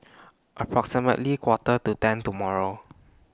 approximately Quarter to ten tomorrow